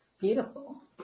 Beautiful